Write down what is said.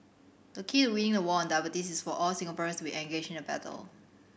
the key to winning the war on diabetes is for all Singaporeans will engaged in the battle